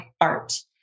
art